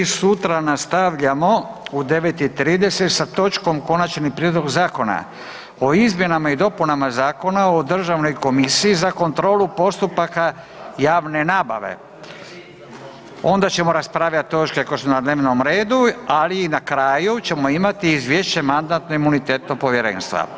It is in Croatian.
Sutra nastavljamo u 9,30 sa točkom Konačni prijedlog Zakona o izmjenama i dopunama Zakona o državnoj komisiji za kontrolu postupaka javne nabave, onda ćemo raspravljati točke koje su na dnevnom redu, ali i na kraju ćemo imati izvješće Mandatno-imunitetnog povjerenstva.